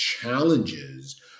challenges